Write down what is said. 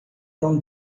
não